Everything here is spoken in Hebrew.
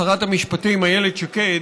שרת המשפטים איילת שקד,